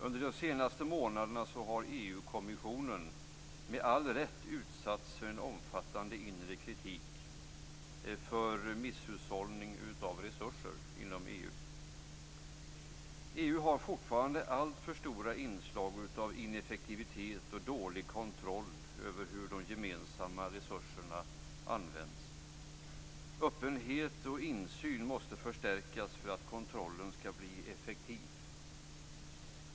Under den senaste månaden har EU kommissionen, med all rätt, utsatts för en omfattande inre kritik för misshushållning av resurser inom EU. EU har fortfarande alltför stora inslag av ineffektivitet och dålig kontroll över hur de gemensamma resurserna används. Öppenhet och insyn måste förstärkas för att kontrollen skall bli effektiv.